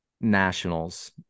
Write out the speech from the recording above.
Nationals